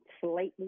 slightly